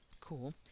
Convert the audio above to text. Cool